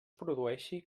produeixi